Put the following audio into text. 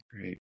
Great